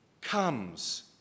comes